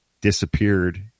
disappeared